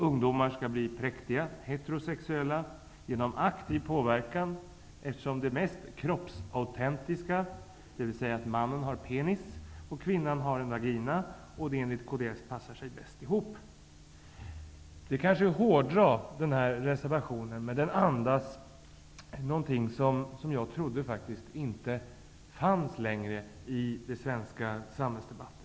Ungdomar skall bli präktiga heterosexuella genom aktiv påverkan, eftersom det handlar om det mest kroppsautentiska -- dvs. att mannen har penis och att kvinnan har en vagina och det enligt Kds passar sig bäst ihop. Det är kanske att hårdra den här reservationen, men den andas något som jag trodde inte längre fanns i den svenska samhällsdebatten.